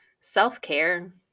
self-care